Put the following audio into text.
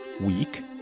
week